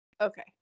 Okay